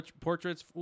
portraits